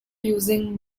using